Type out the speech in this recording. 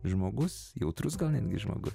žmogus jautrus gal netgi žmogus